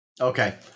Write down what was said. Okay